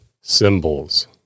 symbols